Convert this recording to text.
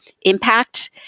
impact